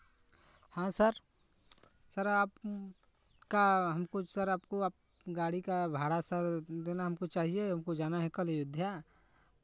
हाँ sir sir आपका हमको सर आपको आप गाड़ी का भाड़ा सर देना हमको चाहिए हमको जाना है कल अयोध्या